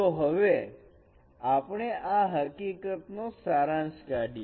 તો હવે આપણે આ હકીકત નો સારાંશ કાઢીએ